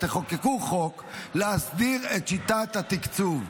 תחוקקו חוק להסדיר את שיטת התקצוב.